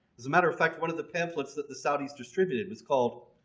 as a matter of fact one of the pamphlets that the saudis distributed is called,